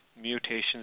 mutations